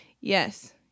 yes